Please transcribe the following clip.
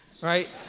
right